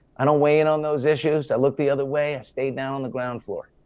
i don't weigh in on those issues, i look the other way. i stay down on the ground floor.